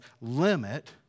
limit